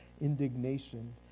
indignation